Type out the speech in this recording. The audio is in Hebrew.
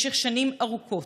משך שנים ארוכות,